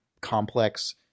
complex